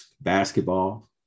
basketball